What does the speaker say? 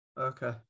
okay